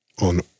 on